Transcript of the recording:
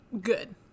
good